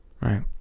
Right